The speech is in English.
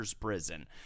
prison